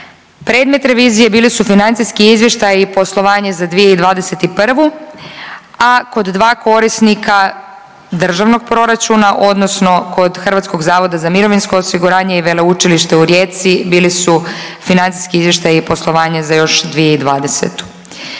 Predmet revizije bili su financijski izvještaji, poslovanje za 2021., a kod dva korisnika državnog proračuna, odnosno kod Hrvatskog zavoda za mirovinsko osiguranje i Veleučilište u Rijeci bili su financijski izvještaji i poslovanje za još 2020.